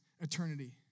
eternity